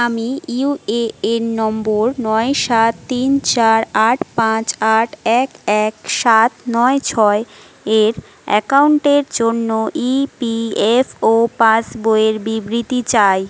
আমি UAN number নয় সাত তিন চার আট পাঁচ আট এক এক সাত নয় ছয় এর অ্যাকাউন্টের জন্য ইপিএফও পাসবইয়ের বিবৃতি চাই